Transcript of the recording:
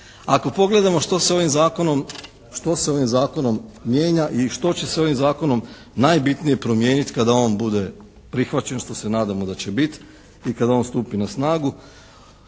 Ako pogledamo što se ovim zakonom mijenja i što će se ovim zakonom najbitnije promijeniti kada on bude prihvaćen što se nadamo da će biti i kad on stupi na snagu,